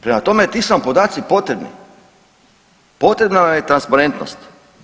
Prema tome, ti su nam podaci potrebni, potrebna nam je transparentnost.